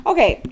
Okay